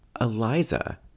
Eliza